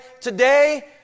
Today